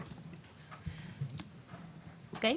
אוקיי?